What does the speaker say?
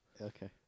Okay